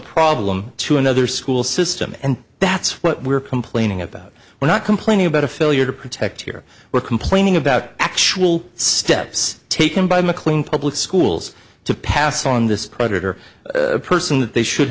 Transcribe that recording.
problem to another school system and that's what we're complaining about we're not complaining about a failure to protect here we're complaining about actual steps taken by mclean public schools to pass on this predator person that they should